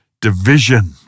division